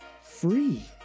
free